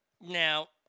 Now